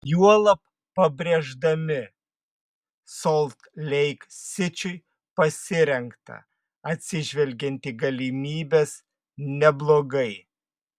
juolab pabrėždami solt leik sičiui pasirengta atsižvelgiant į galimybes neblogai